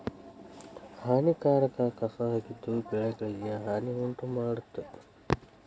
ಹಾನಿಕಾರಕ ಕಸಾ ಆಗಿದ್ದು ಬೆಳೆಗಳಿಗೆ ಹಾನಿ ಉಂಟಮಾಡ್ತತಿ